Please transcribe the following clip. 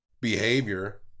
behavior